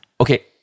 Okay